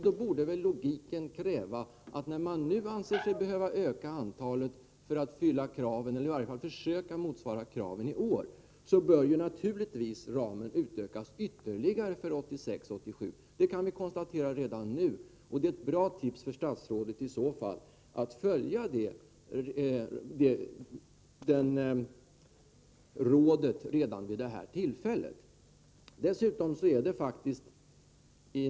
Då borde logiken kräva att när man nu anser sig behöva öka antalet platser för att försöka motsvara kraven i år bör ramen naturligtvis utökas ytterligare för 1986/87. Det kan vi konstatera redan nu. Det är ett bra tips för statsrådet att i så fall följa det rådet redan vid detta tillfälle.